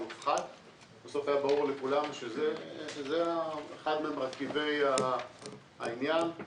בסוף היה ברור לכולם שזה אחד ממרכיבי העניין,